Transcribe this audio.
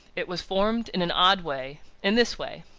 it was formed in an odd way in this way.